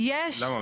למה?